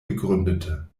begründete